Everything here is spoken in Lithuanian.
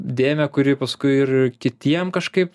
dėmę kuri paskui ir kitiem kažkaip